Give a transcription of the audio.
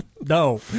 No